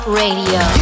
radio